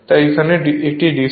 তাই সেখানে এটি DC